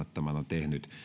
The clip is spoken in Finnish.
tehnyt